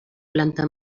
planta